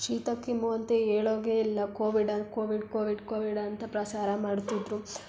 ಶೀತ ಕೆಮ್ಮು ಅಂತ ಹೇಳೋಗೆ ಇಲ್ಲ ಕೋವಿಡ ಕೋವಿಡ್ ಕೋವಿಡ್ ಕೋವಿಡ್ ಅಂತ ಪ್ರಸಾರ ಮಾಡ್ತಿದ್ದರು